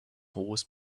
horse